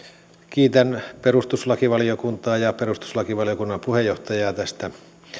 kiitän perustuslakivaliokuntaa ja perustuslakivaliokunnan puheenjohtajaa tästä